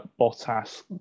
Bottas